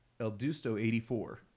ElDusto84